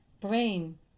brain